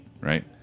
Right